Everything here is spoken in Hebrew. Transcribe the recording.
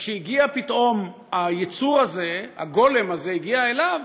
וכשהגיע פתאום היצור הזה, הגולם הזה, אליו,